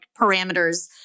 parameters